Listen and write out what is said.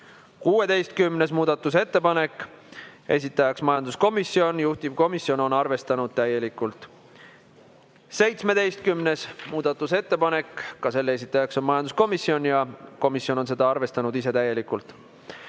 16. muudatusettepanek, esitaja majanduskomisjon, juhtivkomisjon on arvestanud täielikult. 17. muudatusettepanek, ka selle esitaja on majanduskomisjon ja komisjon on ise seda arvestanud täielikult.